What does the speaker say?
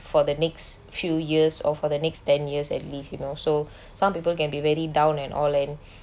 for the next few years or for the next ten years at least you know so some people can be very down and all in